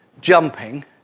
jumping